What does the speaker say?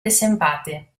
desempate